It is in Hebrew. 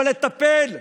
אבל לטפל ב-30,000,